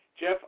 Jeff